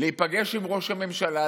להיפגש עם ראש הממשלה,